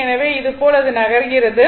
எனவே இது போல நகர்கிறது